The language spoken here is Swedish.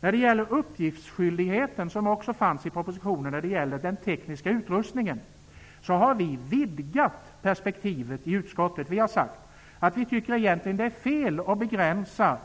När det gäller uppgiftsskyldigheten, som också fanns i propositionen när det gällde den tekniska utrustningen, har vi i utskottet vidgat perspektivet. Vi har sagt att vi egentligen tycker att det är fel att begränsa